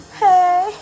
hey